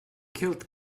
killed